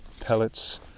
pellets